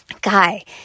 guy